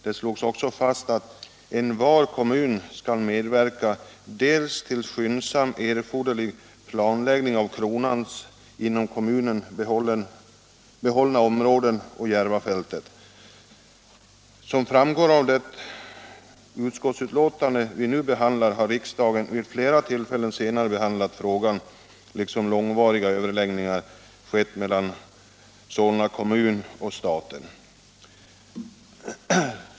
Det slogs också fast att ”envar kommun” skall medverka dels till skyndsam erforderlig planläggning av Kronans inom kommunen behållna områden å Järvafältet”. Som framgår av det utskottsbetänkande som vi nu behandlar har riksdagen senare vid flera tillfällen behandlat frågan, och långvariga överläggningar har även ägt rum mellan Solna kommun och staten.